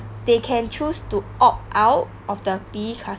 they can choose to opt out of the P_E classes